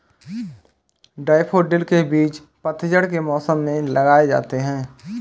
daffodil के बीज पतझड़ के मौसम में लगाए जाते हैं